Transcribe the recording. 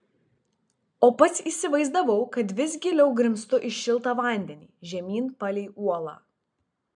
o pats įsivaizdavau kad vis giliau grimztu į šiltą vandenį žemyn palei uolą